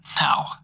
Now